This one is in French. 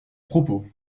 propos